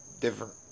different